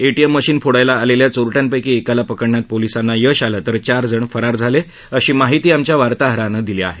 ATM machine फोडायला आलेल्या चोरट्यांपैकी एकाला पकडण्यात पोलीसांना यश आलं तर चार जण फरार झाले अशी माहिती आमच्या वार्ताहरानं दिली आहे